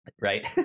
Right